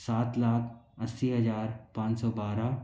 सात लाख अस्सी हज़ार पाँच सौ बारह